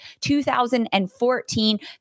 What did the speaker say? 2014